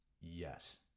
yes